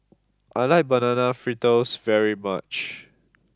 I like Banana Fritters very much